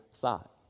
thought